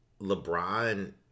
LeBron